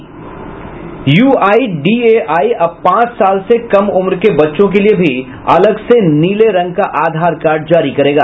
UIDAI अब पांच साल से कम उम्र के बच्चों के लिए भी अलग से नीले रंग का आधार कार्ड जारी करेगा